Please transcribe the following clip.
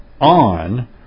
on